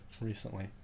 recently